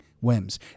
whims